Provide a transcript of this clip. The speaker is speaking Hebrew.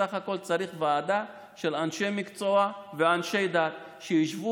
בסך הכול צריך ועדה של אנשי מקצוע ואנשי דת שישבו